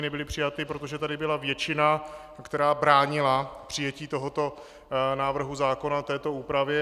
Nebyly přijaty, protože tady byla většina, která bránila přijetí tohoto návrhu zákona, této úpravy.